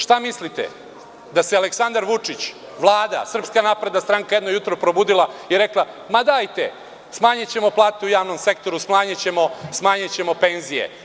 Šta mislite, da se Aleksandar Vučić, Vlada, SNS, jedno jutro samo probudila i rekla – ma, dajte, smanjićemo plate u javnom sektoru, smanjićemo penzije.